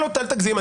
אל תגזים,